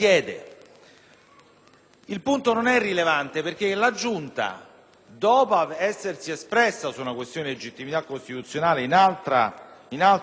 Il punto non è irrilevante perché la Giunta, dopo essersi espressa sulla questione di legittimità costituzionale in altro passaggio,